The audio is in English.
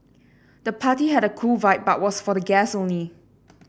the party had a cool vibe but was for guests only